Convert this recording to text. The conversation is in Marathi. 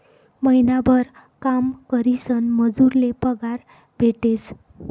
महिनाभर काम करीसन मजूर ले पगार भेटेस